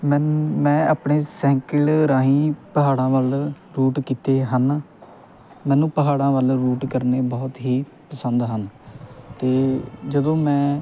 ਮੈਨ ਮੈਂ ਆਪਣੇ ਸਾਈਕਲ ਰਾਹੀਂ ਪਹਾੜਾਂ ਵੱਲ ਰੂਟ ਕੀਤੇ ਹਨ ਮੈਨੂੰ ਪਹਾੜਾਂ ਵੱਲ ਰੂਟ ਕਰਨੇ ਬਹੁਤ ਹੀ ਪਸੰਦ ਹਨ ਅਤੇ ਜਦੋਂ ਮੈਂ